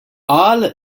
qal